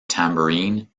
tambourine